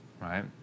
right